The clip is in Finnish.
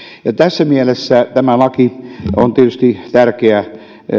tässä mielessä tämä laki on tietysti tärkeä